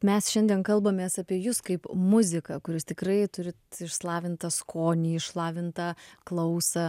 mes šiandien kalbamės apie jus kaip muziką kuris tikrai turit išlavintą skonį išlavintą klausą